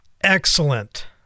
excellent